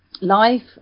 life